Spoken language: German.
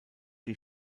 die